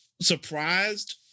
surprised